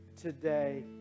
today